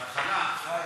בהתחלה.